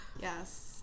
Yes